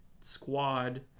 squad